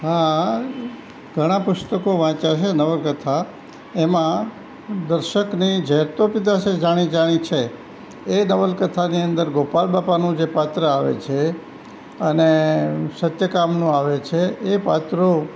હા ઘણાં પુસ્તકો વાંચ્યા છે નવલકથા એમાં દર્શકની ઝેર તો પીધાં છે જાણી જાણી છે એ નવલકથાની અંદર ગોપાલ બાપાનું જે પાત્ર આવે છે અને સત્યકામનું આવે છે એ પાત્રો